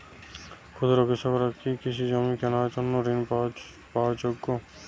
ক্ষুদ্র কৃষকরা কি কৃষিজমি কেনার জন্য ঋণ পাওয়ার যোগ্য?